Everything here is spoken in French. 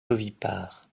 ovipare